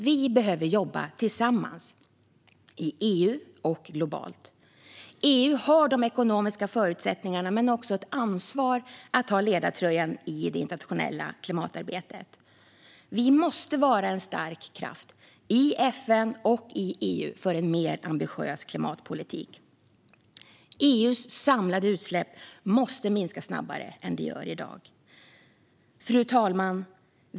Vi behöver jobba tillsammans i EU och globalt. EU har de ekonomiska förutsättningarna men också ett ansvar att ta ledartröjan i det internationella klimatarbetet. Vi måste vara en stark kraft i FN och i EU för en mer ambitiös klimatpolitik. EU:s samlade utsläpp måste minska snabbare än de gör i dag. Fru talman!